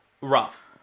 rough